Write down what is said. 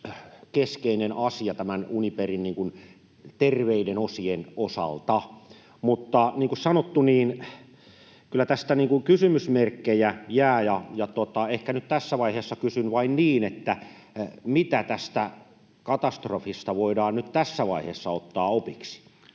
keskeinen asia Uniperin niin sanottujen terveiden osien osalta. Niin kuin sanottu, kyllä tästä kysymysmerkkejä jää, ja ehkä nyt tässä vaiheessa kysyn vain: mitä tästä katastrofista voidaan nyt tässä vaiheessa ottaa opiksi?